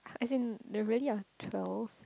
I think they really have twelve